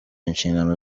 inshingano